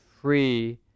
free